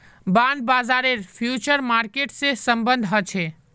bond बाजारेर future market से सम्बन्ध ह छे